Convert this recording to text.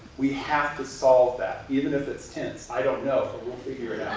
we have to solve that. even if it's tents, i don't know, but we'll figure it out.